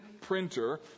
printer